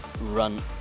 run